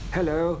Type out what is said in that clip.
Hello